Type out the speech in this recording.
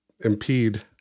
impede